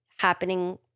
happening